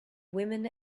women